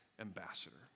ambassador